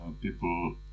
people